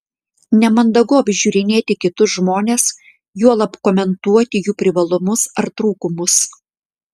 nemandagu apžiūrinėti kitus žmones juolab komentuoti jų privalumus ar trūkumus